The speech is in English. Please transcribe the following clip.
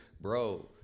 Bro